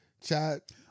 chat